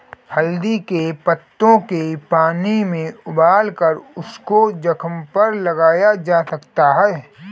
हल्दी के पत्तों के पानी में उबालकर उसको जख्म पर लगाया जा सकता है